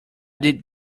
did